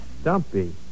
Stumpy